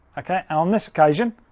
okay, and on this occasion,